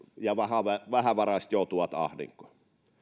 ja vähävaraiset joutuvat ahdinkoon